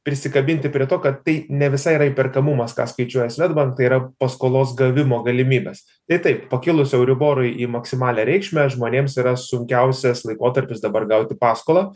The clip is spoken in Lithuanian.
prisikabinti prie to kad tai ne visai yra įperkamumas ką skaičiuoja swedbank tai yra paskolos gavimo galimybės tai taip pakilus euriborui į maksimalią reikšmę žmonėms yra sunkiausias laikotarpis dabar gauti paskolą